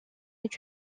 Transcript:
est